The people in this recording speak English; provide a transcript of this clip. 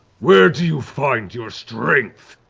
where do you find your strength?